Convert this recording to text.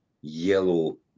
yellow